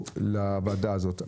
לוועדה הזאת.